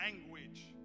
language